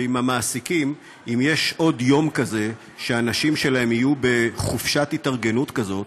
ואם למעסיקים יש עוד יום כזה שהאנשים שלהם יהיו בחופשת התארגנות כזאת,